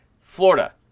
Florida